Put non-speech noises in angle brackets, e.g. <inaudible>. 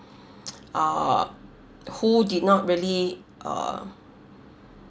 <noise> ah who did not really uh